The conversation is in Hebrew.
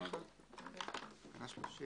תקנה 30